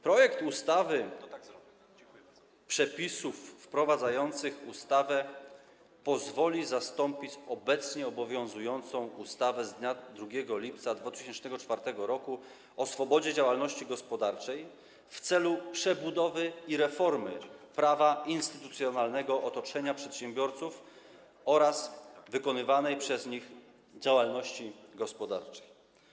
Projekt ustawy Przepisy wprowadzające ustawę pozwoli zastąpić obecnie obowiązującą ustawę z dnia 2 lipca 2004 r. o swobodzie działalności gospodarczej w celu przebudowy i reformy prawa dotyczącego instytucjonalnego otoczenia przedsiębiorców oraz wykonywanej przez nich działalności gospodarczej.